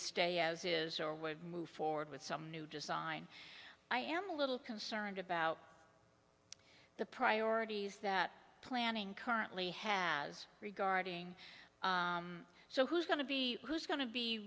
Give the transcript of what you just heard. stay as is or would move forward with some new design i am a little concerned about the priorities that planning currently has regarding so who's going to be who's go